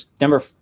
number